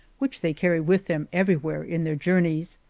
which they carry with them everywhere in their journeys.